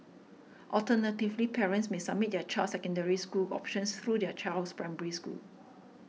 alternatively parents may submit their child's Secondary School options through their child's Primary School